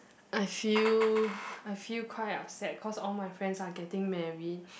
I feel I feel quite upset cause all my friends are getting married